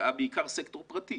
השקעה בעיקר של הסקטור הפרטי,